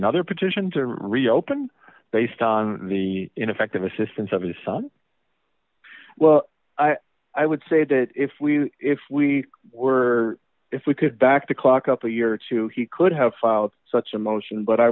another petition to reopen based on the ineffective assistance of his son well i would say that if we if we were if we could back the clock up a year or two he could have filed such a motion but i